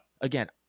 again